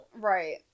Right